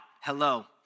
Hello